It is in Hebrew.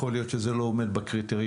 יכול להיות שזה לא עומד בקריטריונים,